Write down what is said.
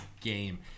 game